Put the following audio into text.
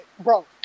Bro